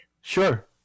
Sure